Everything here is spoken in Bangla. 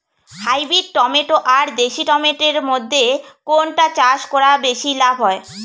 হাইব্রিড টমেটো আর দেশি টমেটো এর মইধ্যে কোনটা চাষ করা বেশি লাভ হয়?